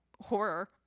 horror